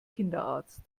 kinderarzt